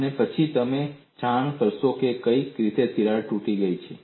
અને પછી તમે જાણ કરશો કે કઈ તિરાડ તૂટી ગઈ છે